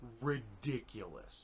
ridiculous